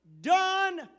done